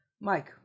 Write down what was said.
Mike